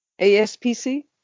ASPC